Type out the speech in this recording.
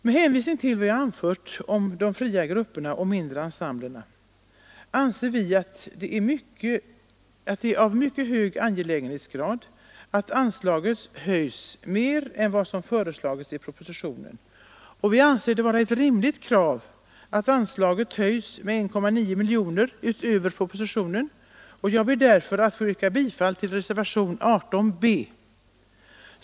Med hänvisning till vad jag anfört om de fria grupperna och mindre ensemblerna anser jag det vara mycket angeläget att anslaget höjs mer än vad som föreslagits i propositionen. Ett rimligt krav bör vara en höjning med 1,9 miljoner utöver propositionens förslag. Jag ber därför att få yrka bifall till reservationen 18 b.